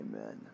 Amen